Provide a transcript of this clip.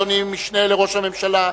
אדוני המשנה לראש הממשלה,